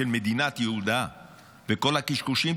של מדינת יהודה וכל הקשקושים,